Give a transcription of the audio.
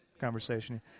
conversation